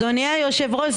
אדוני היושב-ראש,